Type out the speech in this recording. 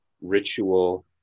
ritual